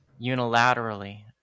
unilaterally